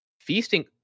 Feasting